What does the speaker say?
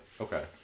Okay